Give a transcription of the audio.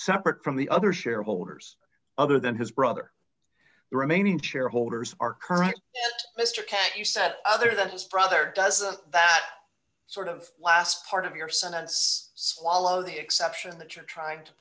separate from the other shareholders other than his brother the remaining shareholders are correct mr k he said other than struthers does that sort of last part of your sentence swallow the exception that you're trying to